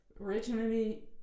originally